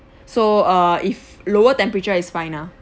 so err if lower temperature is fine ah